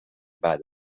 بعد